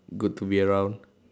good to be around